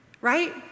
right